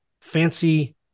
fancy